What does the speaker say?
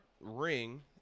ring